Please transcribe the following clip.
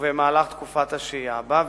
ובמהלך תקופת השהייה בה,